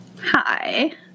Hi